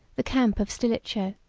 the camp of stilicho,